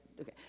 okay